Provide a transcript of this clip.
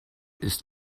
ist